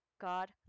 God